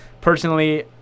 personally